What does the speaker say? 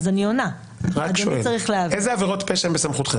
אילו עבירות פשע הן בסמכותכם?